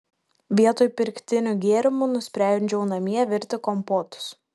vietoj pirktinių gėrimų nusprendžiau namie virti kompotus